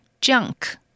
junk